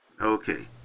Okay